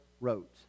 wrote